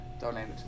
donate